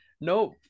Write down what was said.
no